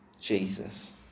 Jesus